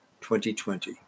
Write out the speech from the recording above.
2020